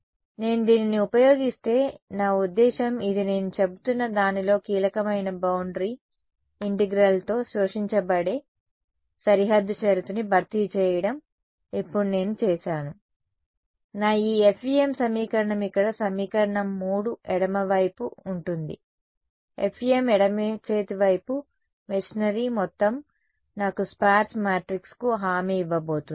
కాబట్టి నేను దీనిని ఉపయోగిస్తే నా ఉద్దేశ్యం ఇది నేను చెబుతున్న దానిలో కీలకమైన బౌండరీ ఇంటిగ్రల్తో శోషించబడే సరిహద్దు షరతు ని భర్తీ చేయడం ఇప్పుడు నేను చేసాను నా ఈ FEM సమీకరణం ఇక్కడ సమీకరణం 3 ఎడమ వైపు ఉంటుంది FEM ఎడమ చేతి వైపు మెషినరీ మొత్తం నాకు స్పేర్స్ మ్యాట్రిక్స్కు హామీ ఇవ్వబోతోంది